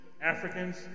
Africans